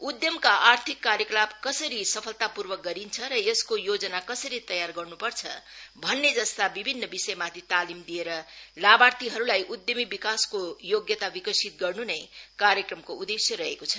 उद्यमका आर्थिक कार्यकलाप कसरी सफलतापूर्वक गरिन्छ र यसको योजना कसरी तयार गर्न्पर्छ भन्ने जस्ता विभिन विषयमाथि तालिम दिएर लाभार्थीहरूलाई उद्यमी विकासका योग्यता विकसित गर्न् नै कार्यक्रमको उद्देश्य रहेको छ